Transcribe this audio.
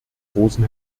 großen